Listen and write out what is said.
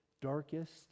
darkest